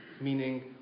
meaning